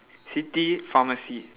city pharmacy